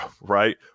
right